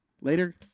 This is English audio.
Later